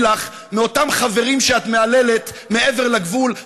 לך מאותם חברים שאת מהללת מעבר לגבול,